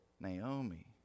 Naomi